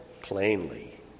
plainly